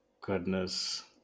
Goodness